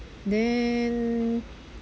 then